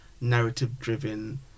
narrative-driven